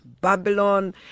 Babylon